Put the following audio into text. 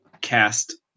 cast